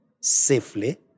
safely